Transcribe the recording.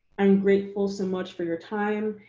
i'm grateful so much for your time,